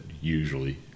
usually